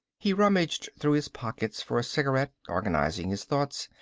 he rummaged through his pockets for a cigarette, organizing his thoughts.